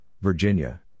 Virginia